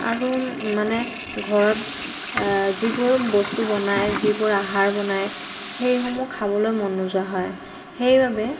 আৰু মানে ঘৰত যিবোৰ বস্তু বনায় যিবোৰ আহাৰ বনায় সেইসমূহ খাবলৈ মন নোযোৱা হয় সেইবাবে